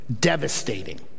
devastating